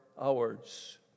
hours